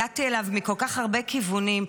הגעתי אליו מכל כך הרבה כיוונים,